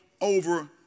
over